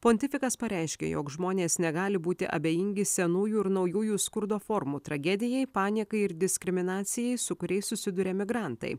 pontifikas pareiškė jog žmonės negali būti abejingi senųjų ir naujųjų skurdo formų tragedijai paniekai ir diskriminacijai su kuriais susiduria migrantai